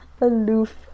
aloof